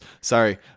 Sorry